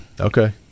Okay